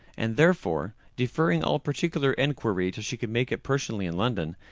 and therefore, deferring all particular enquiry till she could make it personally in london,